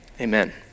Amen